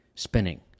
spinning